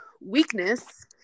weakness